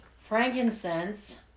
Frankincense